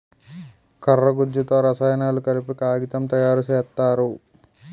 కర్ర గుజ్జులో రసాయనాలు కలిపి కాగితం తయారు సేత్తారు